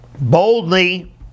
boldly